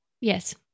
Yes